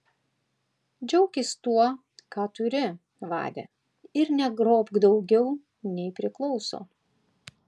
džiaukis tuo ką turi vade ir negrobk daugiau nei priklauso